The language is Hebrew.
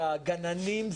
זה הגננים,